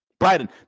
Biden